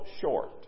short